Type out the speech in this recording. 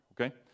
Okay